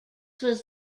was